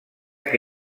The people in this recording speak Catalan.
que